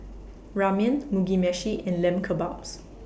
Ramen Mugi Meshi and Lamb Kebabs